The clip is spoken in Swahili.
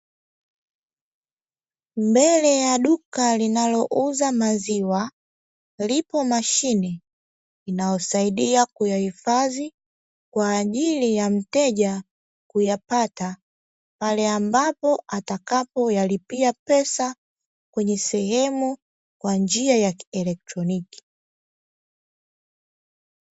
Mbele ya duka linalouza maziwa ipo mashine inayosaidia kuyahifadhia kwajili ya mteja kuyapata pale ambapo atakapoyalipia pesa kwenye sehemu kwanjia ya kielotroniki.